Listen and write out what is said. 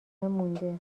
مونده